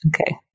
Okay